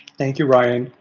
thank you, ryan.